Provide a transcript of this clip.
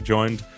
Joined